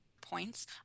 points